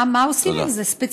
מה עושים עם זה ספציפית?